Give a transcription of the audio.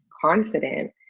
confident